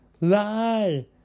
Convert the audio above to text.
lie